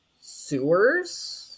sewers